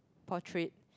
portrait